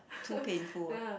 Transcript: too painful ah